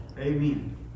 Amen